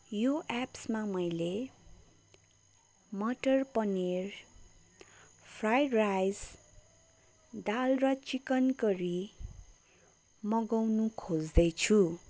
यो एप्समा मैले मटर पनिर फ्राई राइस दाल र चिकन करी मगाउनु खोज्दैछु